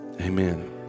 amen